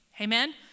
Amen